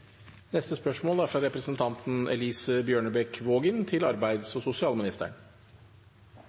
Neste spørsmål er fra representanten Åsunn Lyngedal til